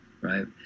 right